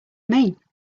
mean